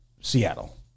Seattle